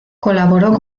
colaboró